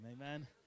Amen